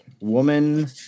Woman